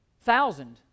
Thousand